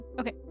Okay